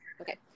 okay